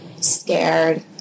scared